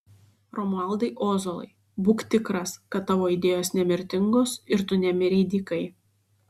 romualdai ozolai būk tikras kad tavo idėjos nemirtingos ir tu nemirei dykai